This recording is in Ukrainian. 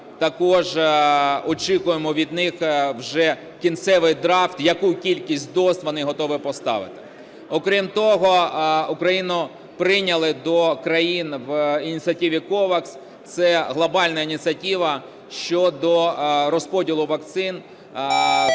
також очікуємо від них вже кінцевий драфт, яку кількість доз вони готові поставити. Окрім того, Україну прийняли до країн в ініціативі COVAX – це глобальна ініціатива щодо розподілу вакцин,